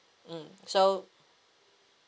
mm so